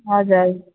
हजुर